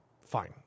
Fine